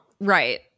Right